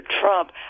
Trump